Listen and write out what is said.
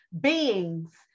beings